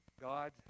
God